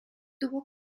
tuvo